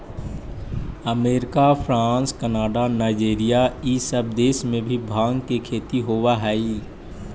America, France, Canada, Nigeria इ सब देश में भी भाँग के खेती होवऽ हई